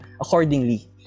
Accordingly